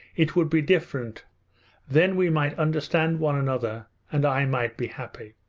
it would be different then we might understand one another and i might be happy.